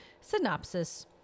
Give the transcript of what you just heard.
Synopsis